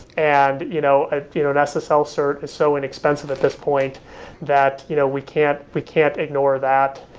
and you know ah you know an ah so ssl cert is so inexpensive at this point that you know we can't we can't ignore that.